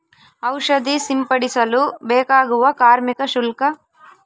ಔಷಧಿ ಸಿಂಪಡಿಸಲು ಬೇಕಾಗುವ ಕಾರ್ಮಿಕ ಶುಲ್ಕ?